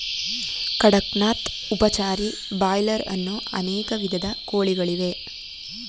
ಕಡಕ್ ನಾಥ್, ಉಪಚಾರಿ, ಬ್ರಾಯ್ಲರ್ ಅನ್ನೋ ಅನೇಕ ವಿಧದ ಕೋಳಿಗಳಿವೆ